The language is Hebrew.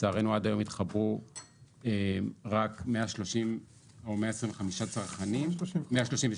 לצערנו עד היום התחברו רק 132 צרכנים.